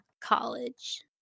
college